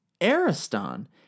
ariston